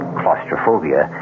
claustrophobia